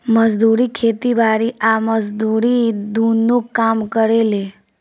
मजदूर खेती बारी आ मजदूरी दुनो काम करेले